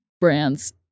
brands